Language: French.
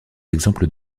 exemples